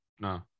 No